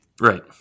Right